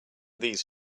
these